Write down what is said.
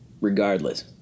regardless